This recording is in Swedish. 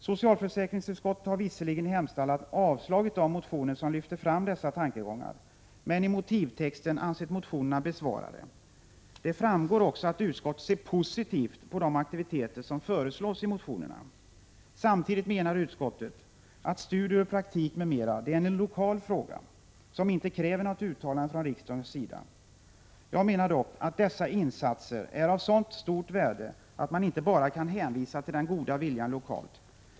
Socialförsäkringsutskottet har visserligen i sin hemställan avstyrkt de motioner som lyfter fram dessa tankegångar men har i motivtexten ansett motionerna besvarade. Det framgår också att utskottet ser positivt på de aktiviteter som föreslås i motionerna. Samtidigt menar utskottet att aktiviteter i form av studier, praktik m.m. är lokala frågor som inte kräver något uttalande från riksdagens sida. Jag menar dock att dessa insatser är av så stort värde att man inte bara kan hänvisa till den goda viljan lokalt.